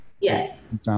Yes